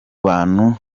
bantu